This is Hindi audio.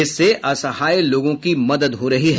इससे असहाय लोगों को मदद हो रही है